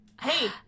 Hey